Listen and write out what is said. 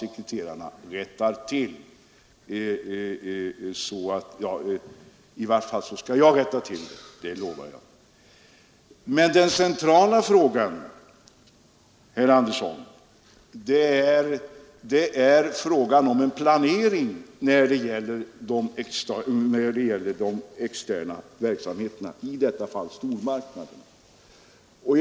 Men den centrala frågan, herr Andersson, är den om planering av de externa verksamheterna, i detta fall stormarknaderna.